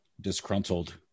disgruntled